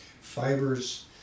fibers